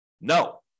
No